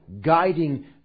guiding